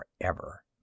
forever